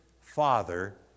father